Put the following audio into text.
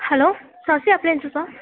hello Sasi அப்ளைன்சஸா